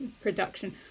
production